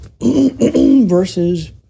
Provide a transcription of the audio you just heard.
versus